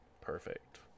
Perfect